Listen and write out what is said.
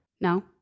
No